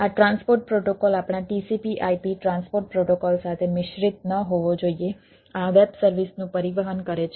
આ transport protocol આપણા TCPIP transport protocol સાથે મિશ્રિત ન હોવો જોઈએ આ વેબ સર્વિસનું પરિવહન કરે છે